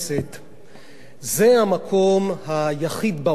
זה המקום היחיד בעולם, המדינה הזאת,